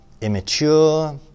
immature